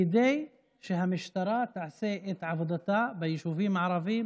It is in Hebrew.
כדי שהמשטרה תעשה את עבודתה ביישובים הערביים,